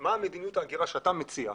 מה מדיניות ההגירה שאתה מציעה.